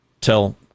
tell